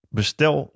Bestel